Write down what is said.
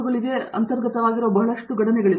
Satyanarayana N Gummadi ಬಹಳಷ್ಟು ಯೋಜನೆಗಳನ್ನು ಮಾಡುವುದು